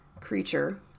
creature